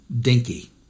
dinky